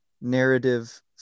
narrative